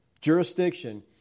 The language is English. jurisdiction